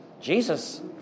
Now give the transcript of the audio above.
Jesus